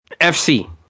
FC